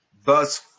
verse